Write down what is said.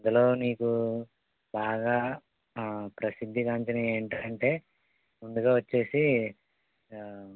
అందులో నీకు బాగా ప్రసిద్ధిగాంచినవి ఏంటంటే ముందుగా వచ్చేసి